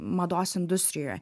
mados industrijoj